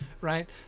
right